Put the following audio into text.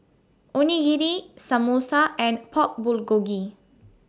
Onigiri Samosa and Pork Bulgogi